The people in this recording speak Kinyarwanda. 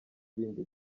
bindi